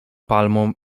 palmą